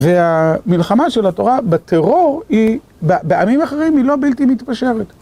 והמלחמה של התורה בטרור היא, בעמים אחרים, היא לא בלתי מתפשרת.